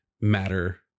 matter